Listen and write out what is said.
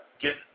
get